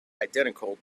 identical